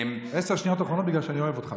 עשר שניות אחרונות בגלל שאני אוהב אותך.